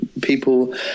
people